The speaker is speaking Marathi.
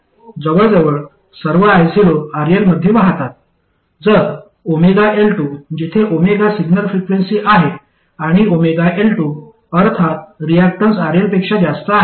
जवळजवळ सर्व io RL मध्ये वाहतात जर 𝜔L2 जिथे ओमेगा सिग्नल फ्रिक्वेन्सी आहे आणि 𝜔L2 अर्थात रियाक्टन्स RL पेक्षा जास्त आहे